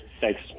Thanks